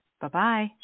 Bye-bye